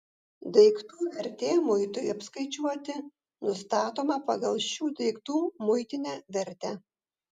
daiktų vertė muitui apskaičiuoti nustatoma pagal šių daiktų muitinę vertę